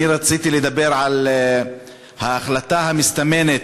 אני רציתי לדבר על ההחלטה המסתמנת,